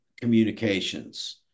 communications